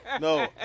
No